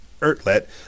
Ertlett